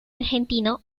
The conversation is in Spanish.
argentino